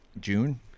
june